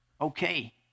okay